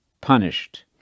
punished